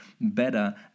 better